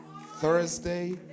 Thursday